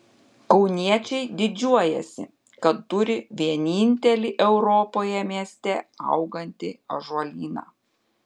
kauniečiai didžiuojasi kad turi vienintelį europoje mieste augantį ąžuolyną